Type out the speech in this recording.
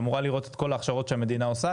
היא אמורה לראות את כל ההכשרות שהמדינה עושה,